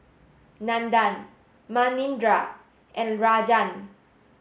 Nandan Manindra and Rajan